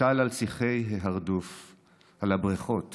טל על שיחי ההרדוף / על הבריכות